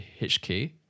HK